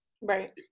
Right